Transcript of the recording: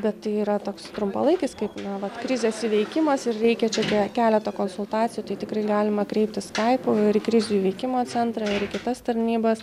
bet tai yra toks trumpalaikis kaip na vat krizės įveikimas ir reikia čia be keleto konsultacijų tai tikrai galima kreiptis skaipu ir į krizių įveikimo centrą ir į kitas tarnybas